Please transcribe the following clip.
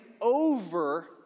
over